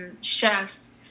chefs